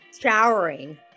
Showering